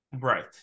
right